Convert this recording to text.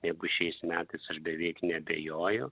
negu šiais metais aš beveik neabejoju